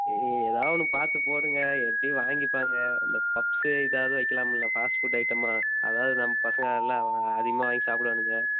எதாவது ஒன்று பார்த்து போடுங்க எப்படியும் வாங்கிப்பாங்க அந்த பப்ஸு இதாவது வைக்கலாம்ல ஃபாஸ்ட் ஃபுட் ஐட்டமாக அதாவது நம்ம பசங்கள் நல்லா அதிகமாக வாங்கி சாப்பிடுவானுங்க